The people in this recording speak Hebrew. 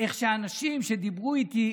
אנשים שדיברו איתי,